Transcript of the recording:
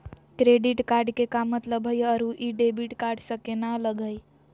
Credit card के का मतलब हई अरू ई डेबिट कार्ड स केना अलग हई?